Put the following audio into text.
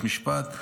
לבית משפט,